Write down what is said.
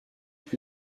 plus